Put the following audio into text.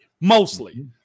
Mostly